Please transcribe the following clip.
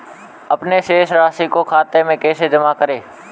अपने शेष राशि को खाते में जमा कैसे करें?